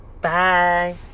Bye